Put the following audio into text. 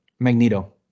Magneto